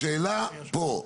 השאלה פה,